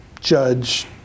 judge